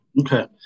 Okay